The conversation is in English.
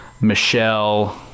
Michelle